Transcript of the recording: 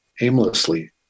aimlessly